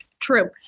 True